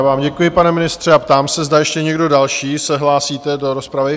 Já vám děkuji, pane ministře, a ptám se, zda ještě někdo další se hlásí do rozpravy?